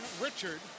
Richard